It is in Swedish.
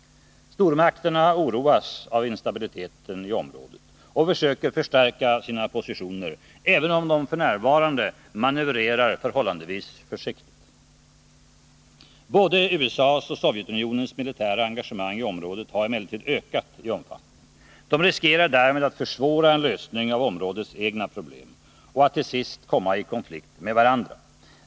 Stormakterna oroas av instabiliteten i området och försöker förstärka sina positioner, även om de f. n. manövrerar förhållandevis försiktigt. Både USA:s och Sovjetunionens militära engagemang i området har emellertid ökat i omfattning. De riskerar därmed att försvåra en lösning av områdets egna problem — och att till sist komma i konflikt med varandra.